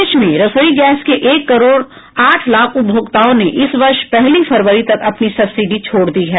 देश में रसोई गैस के एक करोड़ आठ लाख उपभोक्ताओं ने इस वर्ष पहली फरवरी तक अपनी सब्सिडी छोड़ दी है